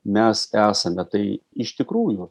mes esame tai iš tikrųjų